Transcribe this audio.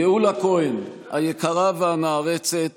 גאולה כהן היקרה והנערצת